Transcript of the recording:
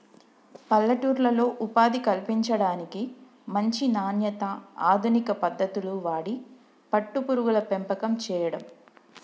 పల్లెటూర్లలో ఉపాధి కల్పించడానికి, మంచి నాణ్యత, అధునిక పద్దతులు వాడి పట్టు పురుగుల పెంపకం చేయడం